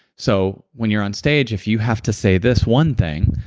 so when you're on stage, if you have to say this one thing,